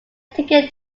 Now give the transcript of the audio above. taking